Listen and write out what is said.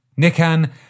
Nikan